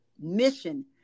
mission